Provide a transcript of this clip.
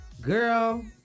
girl